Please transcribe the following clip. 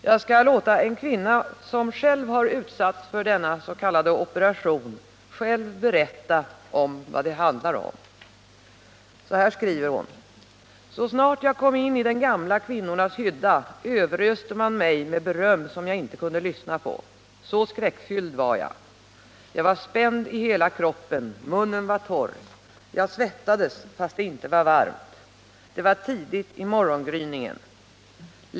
Jag skall låta en kvinna som själv utsatts för denna s.k. operation berätta vad det handlar om. Så här skriver hon: Så snart jag kom in i de gamla kvinnornas hydda överöste man mig med beröm, som jag inte kunde lyssna på. Så skräckfylld var jag. Jag var spänd i hela kroppen. Munnen var torr. Jag svettades, fast det inte var varmt. Det var tidigt i morgongryningen.